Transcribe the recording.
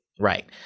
Right